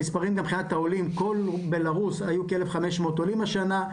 המספרים מבחינת העולים מכל בלארוס היו כ-1,500 עולים השנה.